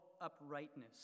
uprightness